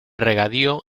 regadío